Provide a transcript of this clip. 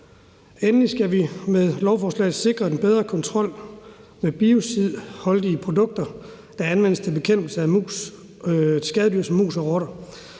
Endelig skal vi med lovforslaget sikre en bedre kontrol med biocidholdige produkter, der anvendes til bekæmpelse af skadedyr som mus og rotter.